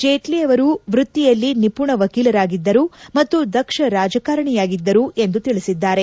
ಜೇಟ್ಲ ಅವರು ವೃತ್ತಿಯಲ್ಲಿ ನಿಪುಣ ವಕೀಲರಾಗಿದ್ದರು ಮತ್ತು ದಕ್ಷ ರಾಜಕಾರಣಿಯಾಗಿದ್ದರು ಎಂದು ತಿಳಿಸಿದ್ದಾರೆ